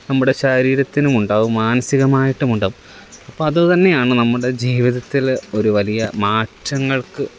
നമ്മുടെ ശാരീരത്തിനുമുണ്ടാകും മാനസികമായിട്ടുമുണ്ട് അപ്പം അത് തന്നെയാണ് നമ്മുടെ ജീവിതത്തിൽ ഒരു വലിയ മാറ്റങ്ങള്ക്ക്